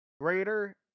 greater